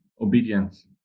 obedience